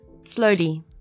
slowly